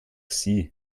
sie